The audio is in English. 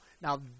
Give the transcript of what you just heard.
Now